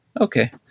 Okay